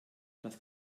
das